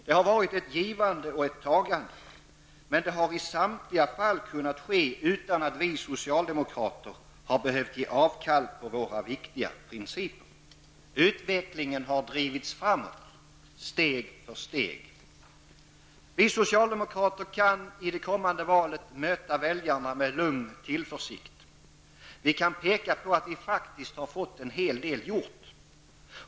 Det har varit ett givande och ett tagande, men det har i samtliga fall kunnat ske utan att vi socialdemokrater har behövt ge avkall på våra viktigaste principer. Utvecklingen har drivits framåt -- steg för steg. Vi socialdemokrater kan i det kommande valet möta väljarna med lugn tillförsikt. Vi kan peka på att vi faktiskt har fått en hel del gjort.